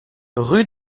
rue